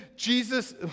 Jesus